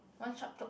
one shot